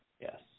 yes